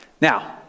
Now